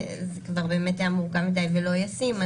זה כבר היה מורכב מדיי ולא ישים.